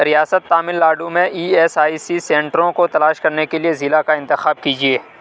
ریاست تامل ناڈو میں E S I C سینٹروں کو تلاش کرنے کے لیے ضلع کا انتخاب کیجیے